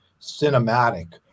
cinematic